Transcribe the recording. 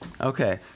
Okay